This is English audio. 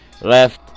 left